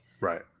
Right